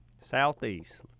Southeast